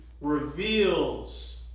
reveals